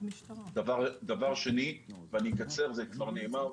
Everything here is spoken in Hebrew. דבר שני, ואני אקצר, זה כבר נאמר,